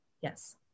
Yes